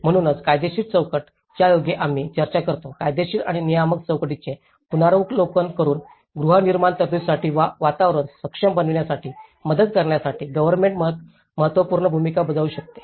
म्हणूनच कायदेशीर चौकट ज्यायोगे आम्ही चर्चा करतो कायदेशीर आणि नियामक चौकटीचे पुनरावलोकन करून गृहनिर्माण तरतूदीसाठी वातावरण सक्षम बनविण्यास मदत करण्यासाठी गव्हर्नमेंट महत्त्वपूर्ण भूमिका बजावू शकते